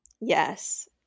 Yes